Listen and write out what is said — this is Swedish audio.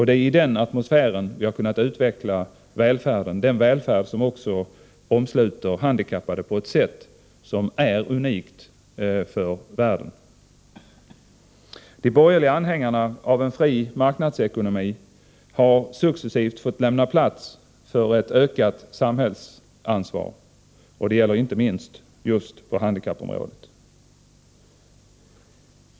Det är i den atmosfären vi har kunnat utveckla den välfärd som också omsluter handikappade på ett sätt som är unikt i världen. De borgerliga anhängarna av en fri marknadsekonomi har successivt fått lämna plats för ett ökat samhällsansvar, inte minst på handikappområdet.